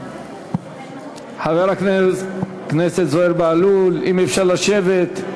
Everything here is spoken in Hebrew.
חבר הכנסת זוהיר בהלול, אם אפשר לשבת.